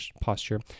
posture